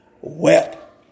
wept